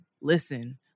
listen